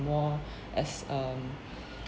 more as um